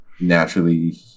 naturally